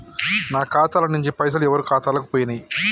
నా ఖాతా ల నుంచి పైసలు ఎవరు ఖాతాలకు పోయినయ్?